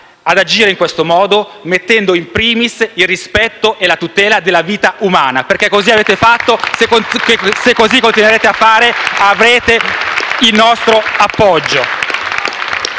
ad agire in questo modo, mettendo *in primis* il rispetto e la tutela della vita umana, perché così avete fatto; e se così continuerete a fare, avrete il nostro appoggio.